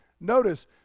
notice